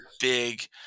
big